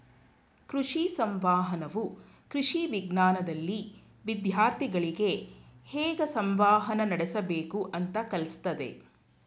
ಕೃಷಿ ಸಂವಹನವು ಕೃಷಿ ವಿಜ್ಞಾನ್ದಲ್ಲಿ ವಿದ್ಯಾರ್ಥಿಗಳಿಗೆ ಹೇಗ್ ಸಂವಹನ ನಡಸ್ಬೇಕು ಅಂತ ಕಲ್ಸತದೆ